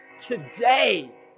today